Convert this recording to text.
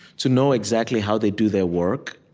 to know exactly how they do their work.